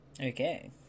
Okay